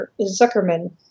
Zuckerman